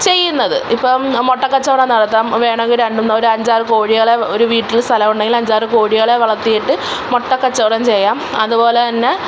ചെയ്യുന്നത് ഇപ്പം മുട്ടക്കച്ചവടം നടത്താം വേണമെങ്കിൽ രണ്ട് ഒരഞ്ചാറ് കോഴികളെയൊക്കെ ഒരു വീട്ടിൽ സ്ഥലമുണ്ടെങ്കിൽ അഞ്ചാറ് കോഴികളെ വളർത്തിയിട്ട് മുട്ടക്കച്ചവടം ചെയ്യാം അതുപോലെത്തന്നെ